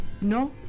No